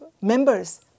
members